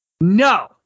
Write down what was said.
No